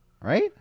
Right